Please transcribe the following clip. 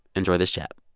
enjoy this chat